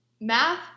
Math